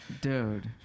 dude